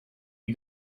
you